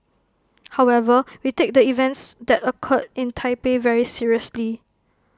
however we take the events that occurred in Taipei very seriously